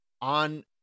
on